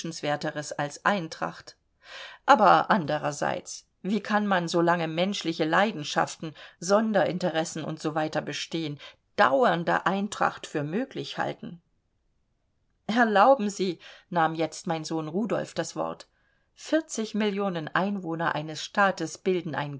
als eintracht aber andererseits wie kann man so lange menschliche leidenschaften sonderinteressen u s w bestehen dauernde eintracht für möglich halten erlauben sie nahm jetzt mein sohn rudolf das wort vierzig millionen einwohner eines staates bilden ein